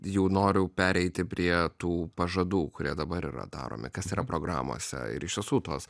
jau noriu pereiti prie tų pažadų kurie dabar yra daromi kas yra programose ir iš tiesų tos